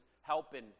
helping